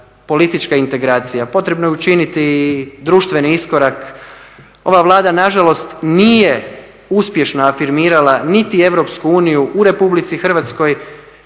politička integracija, potrebno je učiniti i društveni iskorak. Ova Vlada nažalost nije uspješno afirmirala niti EU u RH, niti RH unutar EU i to